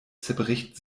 zerbricht